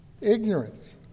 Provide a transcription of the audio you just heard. ignorance